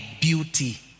beauty